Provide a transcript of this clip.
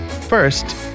first